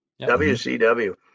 WCW